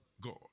God